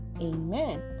Amen